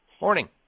Morning